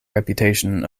reputation